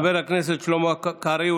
חבר הכנסת שלמה קרעי,